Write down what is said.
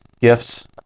Gifts